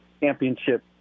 championship